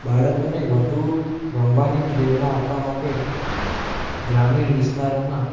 બાળકોને વધુ રમવાની પ્રેરણા આપવા માટે ગ્રામીણ વિસ્તારોમાં